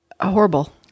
horrible